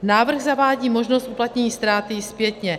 Návrh zavádí možnost uplatnění ztráty i zpětně.